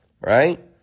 Right